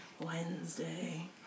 Wednesday